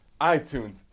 iTunes